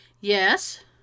Yes